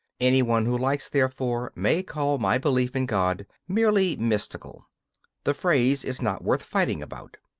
any one who likes, therefore, may call my belief in god merely mystical the phrase is not worth fighting about.